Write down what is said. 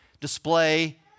display